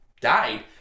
died